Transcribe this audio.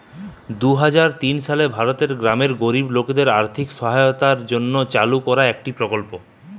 দুই হাজার তিন সালে ভারতের গ্রামের গরিব লোকদের আর্থিক সহায়তার লিগে চালু কইরা একটো প্রকল্প